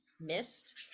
missed